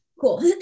cool